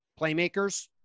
playmakers –